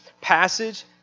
passage